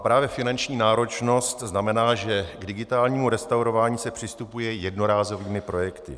Právě finanční náročnost znamená, že k digitálnímu restaurování se přistupuje jednorázovými projekty.